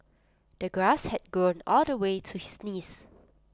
the grass had grown all the way to his knees